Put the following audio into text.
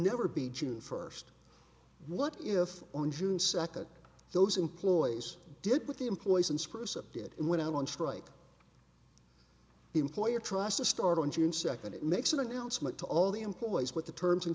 never be june first what if on june second those employees did with the employees and spruce up did and went out on strike the employer tries to start on june second it makes an announcement to all the employees what the terms and